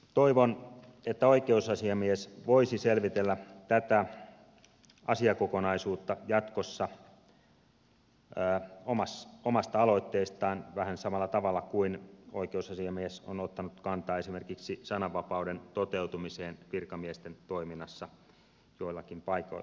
toivon että oikeusasiamies voisi selvitellä tätä asiakokonaisuutta jatkossa omasta aloitteestaan vähän samalla tavalla kuin oikeusasiamies on ottanut kantaa esimerkiksi sananvapauden toteutumiseen virkamiesten toiminnassa joillakin paikkakunnilla